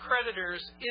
creditors